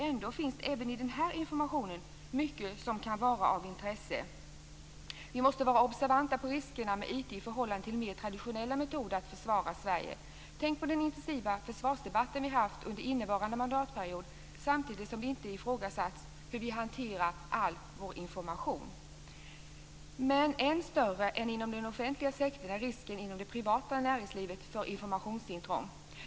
Ändå finns det även i den informationen mycket som kan vara av intresse. Vi måste vara observanta på riskerna med IT i förhållande till mer traditionella metoder att försvara Sverige. Tänk på den intensiva försvarsdebatt vi har haft under innevarande mandatperiod! Samtidigt har det inte ifrågasatts hur vi hanterar all vår information. Än större än inom den offentliga sektorn är risken för informationsintrång inom det privata näringslivet.